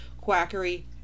quackery